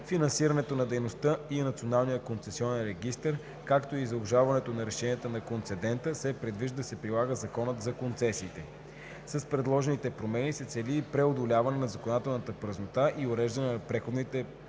финансирането на дейността и Националния концесионен регистър, както и за обжалването на решенията на концедента, се предвижда да се прилага Законът за концесиите. С предложените промени се цели и преодоляване на законодателната празнота и уреждане на преходните периоди,